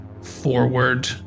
forward